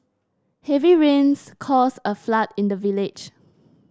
heavy rains caused a flood in the village